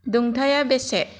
दुंथाया बेसे